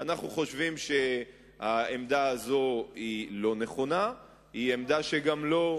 אנחנו חושבים שהעמדה הזאת לא נכונה והיא עמדה שגם לא,